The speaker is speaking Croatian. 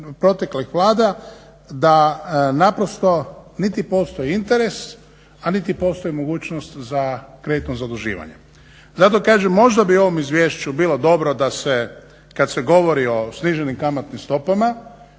proteklih vlada da naprosto niti postoji interes, a niti postoji mogućnost za kreditno zaduživanje. Zato kažem možda bi u ovom izvješću bilo dobro da se kad se govori o sniženim kamatnim stopama